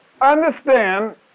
understand